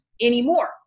anymore